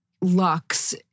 lux